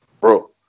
Bro